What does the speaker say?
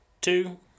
two